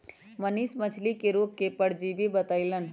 मनीष मछ्ली के रोग के परजीवी बतई लन